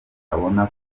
abona